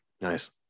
nice